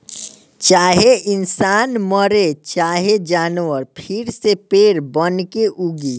चाहे इंसान मरे चाहे जानवर फिर से पेड़ बनके उगी